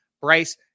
Bryce